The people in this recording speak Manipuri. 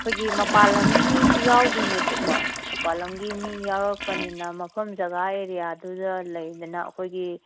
ꯑꯩꯈꯣꯏꯒꯤ ꯃꯄꯥꯟ ꯂꯝꯒꯤ ꯃꯤꯁꯨ ꯌꯥꯎꯗꯣꯏꯅꯦꯕꯀꯣ ꯃꯄꯥꯟ ꯂꯝꯒꯤ ꯃꯤ ꯌꯥꯎꯔꯛꯄꯅꯤꯅ ꯃꯐꯝ ꯖꯒꯥ ꯑꯦꯔꯤꯌꯥꯗꯨꯗ ꯂꯩꯗꯅ ꯑꯩꯈꯣꯏꯒꯤ